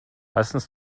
meistens